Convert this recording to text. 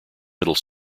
middle